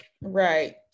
right